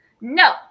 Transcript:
No